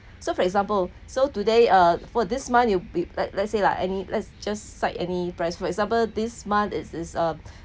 so for example so today uh for this month you be like let's say like any let's just set side price for example this month is is uh